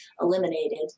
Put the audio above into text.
eliminated